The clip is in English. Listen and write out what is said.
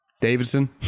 Davidson